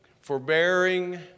forbearing